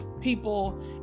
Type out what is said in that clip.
people